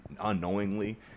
unknowingly